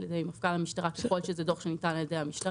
אם זה דוח שניתן על ידי המשטרה.